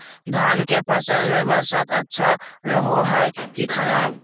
धान के फसल में बरसात अच्छा रहो है कि खराब?